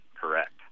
correct